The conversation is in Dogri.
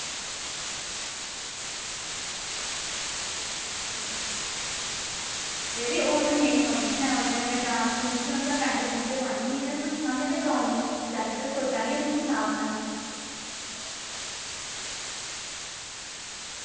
यरी ओह् ते मेन फंक्शन ऐ उस दिन डांस डूंस बी होंदा पैंट शैंट ते पानी निं ऐ तूं सना में ते गाउन लैते दा सोचा नी आं तूं सना अपना